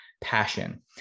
passion